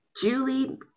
Julie